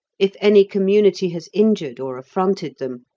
if any community has injured or affronted them,